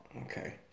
Okay